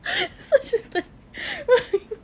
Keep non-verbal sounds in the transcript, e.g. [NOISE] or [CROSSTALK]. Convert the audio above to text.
[LAUGHS] so she's like who are you [LAUGHS]